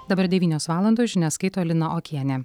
dabar devynios valandos žinias skaito lina okienė